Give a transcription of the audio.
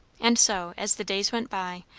and so, as the days went by,